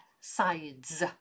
sides